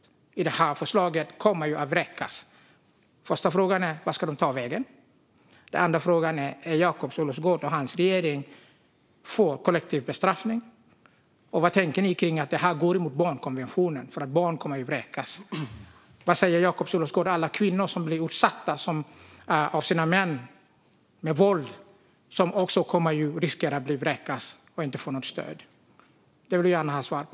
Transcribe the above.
I det här förslaget kommer de att vräkas. Den första frågan är: Vart ska de ta vägen? Den andra frågan är: Är Jakob Olofsgård och hans regering för kollektiv bestraffning? Vad tänker ni om att det strider mot barnkonventionen att barn kommer att vräkas? Vad säger Jakob Olofsgård om alla kvinnor som blir utsatta för våld av sina män och som också riskerar att vräkas och inte få något stöd? Det vill jag gärna ha svar på.